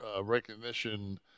Recognition